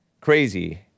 Crazy